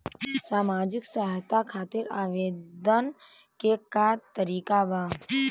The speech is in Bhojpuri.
सामाजिक सहायता खातिर आवेदन के का तरीका बा?